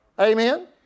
Amen